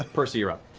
percy, you're up.